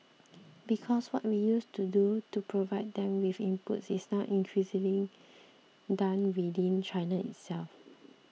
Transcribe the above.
because what we used to do to provide them with inputs is now increasingly done within China itself